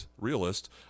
realist